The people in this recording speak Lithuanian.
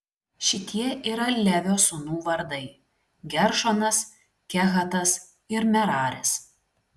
šitie yra levio sūnų vardai geršonas kehatas ir meraris